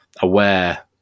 aware